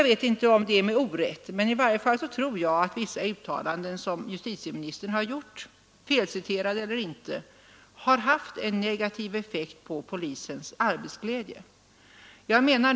Vissa uttalanden som justitieministern har gjort — felciterade eller inte — har haft negativ effekt på polisens arbetsglädje.